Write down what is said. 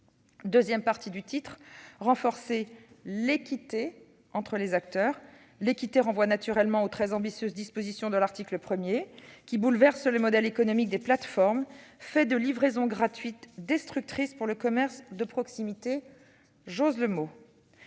qu'il s'agit de « renforcer l'équité entre les acteurs ». L'équité renvoie naturellement aux très ambitieuses dispositions de l'article 1, qui bouleversent le modèle économique des plateformes, fait de livraisons gratuites destructrices pour le commerce de proximité. Je n'ignore